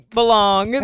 belong